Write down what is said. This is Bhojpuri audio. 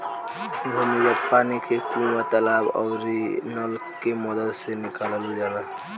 भूमिगत पानी के कुआं, तालाब आउरी नल के मदद से निकालल जाला